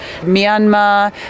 Myanmar